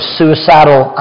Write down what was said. suicidal